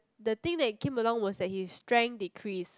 the thing that came along was that his strength decrease